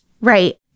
Right